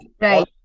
Right